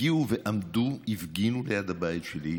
הגיעו ועמדו, הפגינו ליד הבית שלי,